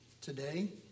today